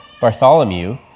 Bartholomew